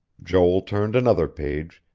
joel turned another page,